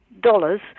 dollars